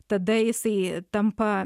tada jisai tampa